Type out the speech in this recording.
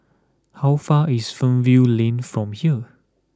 how far is Fernvale Lane from here